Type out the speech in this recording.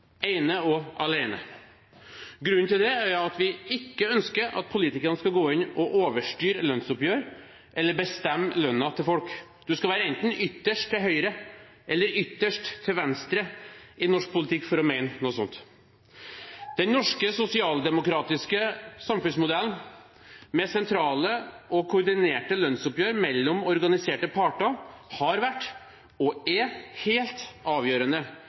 ene og alene. Grunnen til det er at vi ikke ønsker at politikerne skal gå inn og overstyre lønnsoppgjør eller bestemme lønnen til folk. Man skal være enten ytterst til høyre eller ytterst til venstre i norsk politikk for å mene noe annet. Den norske, sosialdemokratiske samfunnsmodellen med sentrale og koordinerte lønnsoppgjør mellom organiserte parter har vært og er helt avgjørende